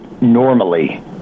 normally